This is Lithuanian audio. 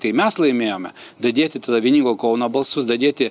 tai mes laimėjome dadėti tada vieningo kauno balsus dadėti